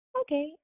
Okay